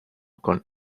con